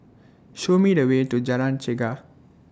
Show Me The Way to Jalan Chegar